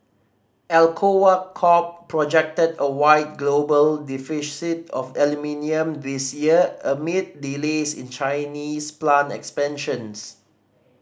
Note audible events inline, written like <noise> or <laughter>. Alcoa Corp projected a wide global <unintelligible> of aluminium this year amid delays in Chinese plant expansions